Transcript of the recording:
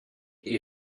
est